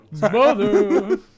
Mother